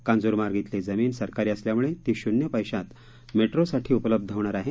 कांजूरमार्ग खेली जमीन सरकारी असल्यामुळे ती शुन्य पैशात मेट्रोसाठी उपलब्ध होणार आहे